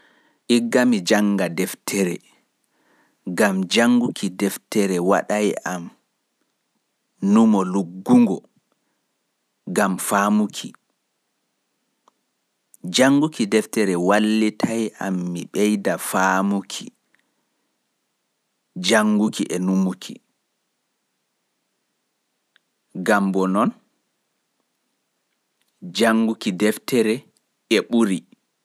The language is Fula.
Ndikka mi jannga deftere gam jannguki deftere kam waɗai am numo luggungo gam famtuki. Janguki deftere wallitai am mi ɓeida faamuki, jannguki e numuki botki.